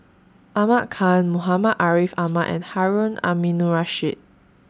Ahmad Khan Muhammad Ariff Ahmad and Harun Aminurrashid